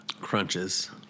Crunches